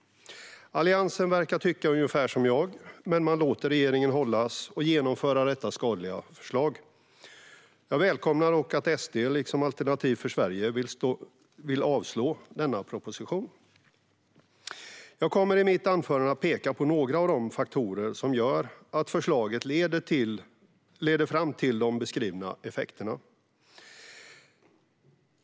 Alliansen verkar tycka ungefär som jag, men man låter regeringen hållas och genomföra detta skadliga förslag. Jag välkomnar att SD liksom Alternativ för Sverige vill avslå denna proposition. Jag kommer i mitt anförande att peka på några av de faktorer som gör att förslaget leder fram till de beskrivna effekterna.